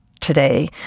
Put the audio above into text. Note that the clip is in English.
today